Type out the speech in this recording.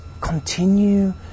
continue